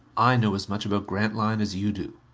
i know as much about grantline as you do.